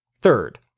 Third